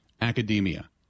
academia